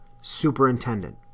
superintendent